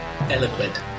Eloquent